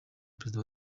perezida